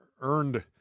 earned